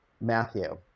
Matthew